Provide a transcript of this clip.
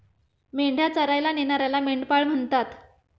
मेंढ्या चरायला नेणाऱ्याला मेंढपाळ म्हणतात